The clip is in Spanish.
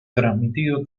transmitido